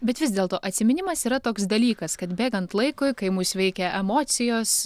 bet vis dėlto atsiminimas yra toks dalykas kad bėgant laikui kai mus veikia emocijos